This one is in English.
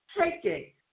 taking